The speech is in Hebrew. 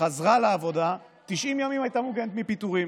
וחזרה לעבודה 90 ימים היא מוגנת מפיטורים.